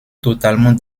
totalement